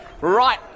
Right